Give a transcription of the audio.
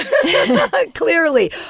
clearly